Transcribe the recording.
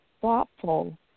thoughtful